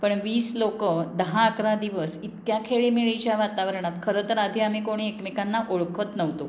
पण वीस लोकं दहा अकरा दिवस इतक्या खेळीमेळीच्या वातावरणात खरं तर आधी आम्ही कोणी एकमेकांना ओळखत नव्हतो